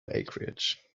acreage